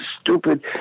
stupid